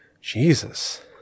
Jesus